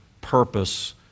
purpose